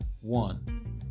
one